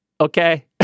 okay